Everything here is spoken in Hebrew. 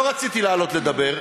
אני לא רציתי לעלות לדבר,